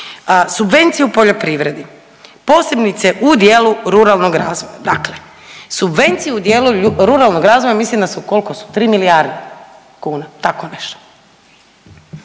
Subvencije u poljoprivredi, posebice u dijelu ruralnog razvoja. Dakle subvencije u dijelu ruralnog razvoja mislim da su, koliko su, 3 milijarde kuna, tako nešto.